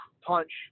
punch